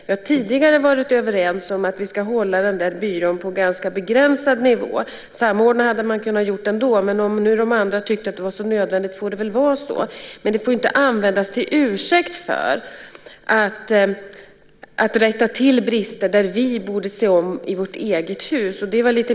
Vi har tidigare varit överens om att vi ska hålla den där byrån på en ganska begränsad nivå. Man hade kunnat samordna ändå, men om nu de andra tyckte att det var så nödvändigt med denna får det väl vara så. Men det får inte användas till ursäkt för att inte rätta till brister som vi borde se om i vårt eget hus.